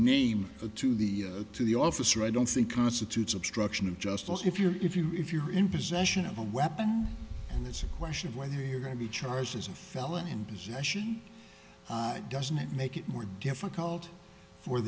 name the to the to the officer i don't think constitutes obstruction of justice if you're if you if you're in possession of a weapon and it's a question of whether you're going to be charged as a felon in possession doesn't it make it more difficult for